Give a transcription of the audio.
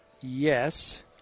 yes